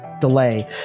delay